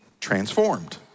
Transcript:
transformed